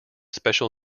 special